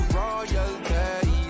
royalty